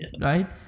right